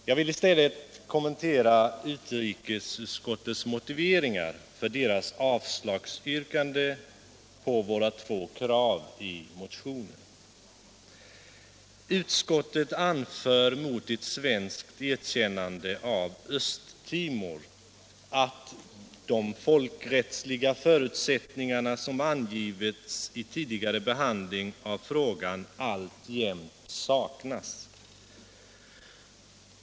Jag vill i stället kommentera utrikesutskottets motiveringar för avslagsyrkandet på våra två krav i motionen. Utskottet anför mot ett svenskt erkännande av Östtimor att de folkrättsliga förutsättningarna som angivits vid tidigare behandling av frågan alltjämt saknas.